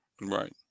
Right